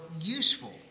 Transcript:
useful